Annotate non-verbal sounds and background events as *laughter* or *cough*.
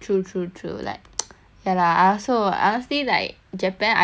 true true like *noise* ya lah I also I honestly like japan I I'm really interested in their culture and like